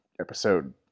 episode